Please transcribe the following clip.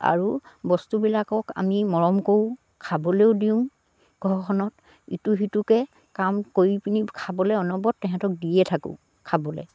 আৰু বস্তুবিলাকক আমি মৰম কৰোঁ খাবলৈও দিওঁ ঘৰখনত ইটো সিটোকে কাম কৰি পিনি খাবলে অনবৰত তেহেঁতক দিয়ে থাকোঁ খাবলে